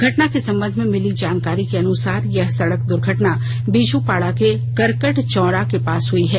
घटना के संबंध में मिली जानकारी के अनुसार यह सड़क द्वर्घटना बीजूपाड़ा के करकट चौंरा के पास हुई है